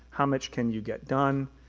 how much can you get done.